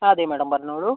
ആ അതെ മേഡം പറഞ്ഞോളൂ